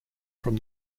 from